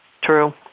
True